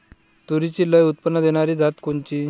तूरीची लई उत्पन्न देणारी जात कोनची?